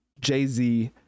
Jay-Z